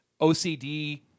OCD